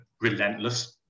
relentless